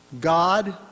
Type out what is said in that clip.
God